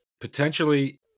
potentially